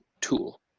tool